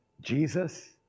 Jesus